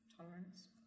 tolerance